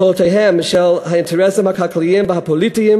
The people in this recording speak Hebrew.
קולותיהם של האינטרסים הכלכליים והפוליטיים